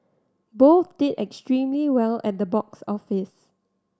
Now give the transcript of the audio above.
both did extremely well at the box office